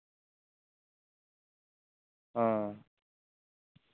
ᱦᱚᱸ